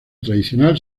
tradicional